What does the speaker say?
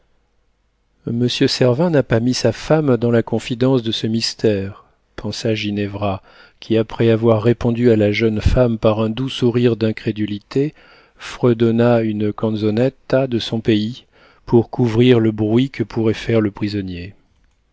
monsieur servin n'a pas mis sa femme dans la confidence de ce mystère pensa ginevra qui après avoir répondu à la jeune femme par un doux sourire d'incrédulité fredonna une canzonetta de son pays pour couvrir le bruit que pourrait faire le prisonnier